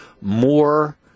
more